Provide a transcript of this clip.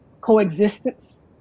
coexistence